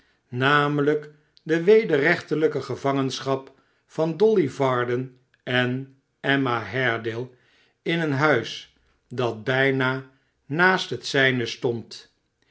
namelijk de wederrechtelijke gevangenschap van dolly varden en emma haredale in een huis dat bijna naast het zijne stond